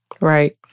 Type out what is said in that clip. Right